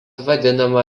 vadinama